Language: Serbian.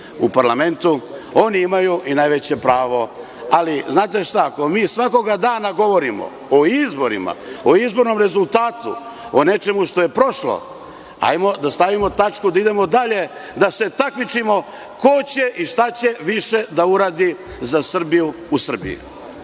u parlamentu, oni imaju i najveće pravo, ali znate šta, ako mi svakoga dana govorimo o izborima, o izbornom rezultatu, o nečemu što je prošlo, hajde da stavimo tačku, da idemo dalje, da se takmičimo ko će i šta će više da uradi za Srbiju u Srbiji.